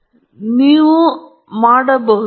ಆದ್ದರಿಂದ ನೀವು ಮಾಡಬೇಕು ಎಲ್ಲಾ ನೀವು ಸೇರಿಸಲು ಮಾಡಬೇಕು